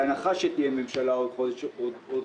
בהנחה שתהיה ממשלה עוד חודשיים-שלושה.